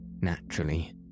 naturally